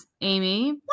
Amy